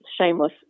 shameless